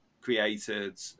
created